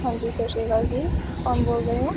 ਹਾਂਜੀ ਸਤਿ ਸ਼੍ਰੀ ਅਕਾਲ ਜੀ ਕੋਣ ਬੋਲ ਰਹੇ ਹੋ